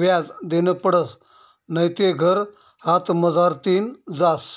व्याज देनं पडसं नैते घर हातमझारतीन जास